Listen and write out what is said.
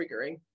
triggering